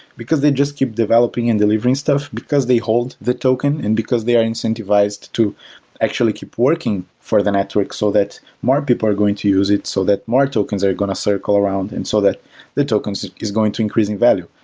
because they just keep developing and delivering stuff, because they hold the token and because they are incentivized to actually keep working for the network, so that more people are going to use it, so that more tokens are going to circle around, and so that the tokens is going to increase in value.